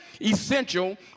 essential